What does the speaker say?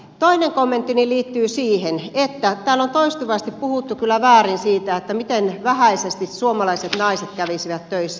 toinen kommenttini liittyy siihen kun täällä on toistuvasti puhuttu kyllä väärin siitä miten vähäisesti suomalaiset naiset kävisivät töissä